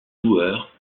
joueur